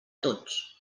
tots